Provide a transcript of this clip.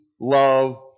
love